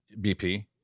bp